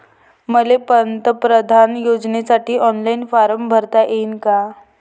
मले पंतप्रधान योजनेसाठी ऑनलाईन फारम भरता येईन का?